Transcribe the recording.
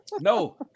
no